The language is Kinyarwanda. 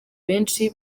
benshi